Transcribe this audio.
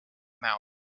mouth